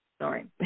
Sorry